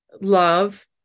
love